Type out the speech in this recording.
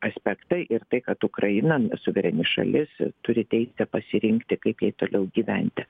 aspektą ir tai kad ukraina suvereni šalis turi teisę pasirinkti kaip jai toliau gyventi